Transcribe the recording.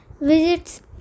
visits